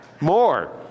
More